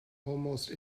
almost